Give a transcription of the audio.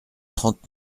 trente